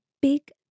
big